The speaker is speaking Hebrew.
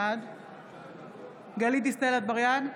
בעד גלית דיסטל אטבריאן,